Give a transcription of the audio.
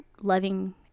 loving